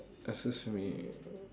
excuse me